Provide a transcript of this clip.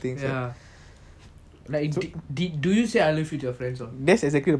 ya like you did do you say I love you to your friends